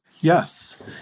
Yes